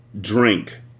drink